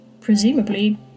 presumably